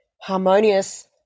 harmonious